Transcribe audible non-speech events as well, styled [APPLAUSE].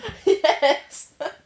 [LAUGHS] yes